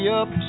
up